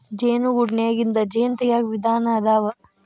ಜೇನು ಗೂಡನ್ಯಾಗಿಂದ ಜೇನ ತಗಿಯಾಕ ವಿಧಾನಾ ಅದಾವ